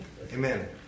Amen